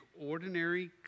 ordinary